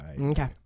Okay